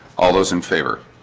all those in favor